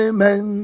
Amen